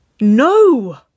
No